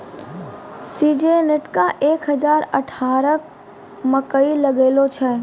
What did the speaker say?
Syngenta एक हजार अठारह मकई लगैलो जाय?